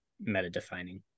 meta-defining